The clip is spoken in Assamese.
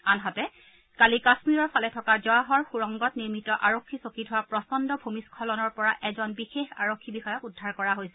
আনহাতে কালি কাম্মীৰৰ ফালে থকা জৱাহৰ সুৰংগত নিৰ্মিত আৰক্ষী চকীত হোৱা প্ৰচণ্ড হিমস্থলনৰ পৰা এজন বিশেষ আৰক্ষী বিষয়াক উদ্ধাৰ কৰা হৈছে